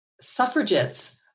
suffragettes